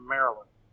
Maryland